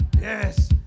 yes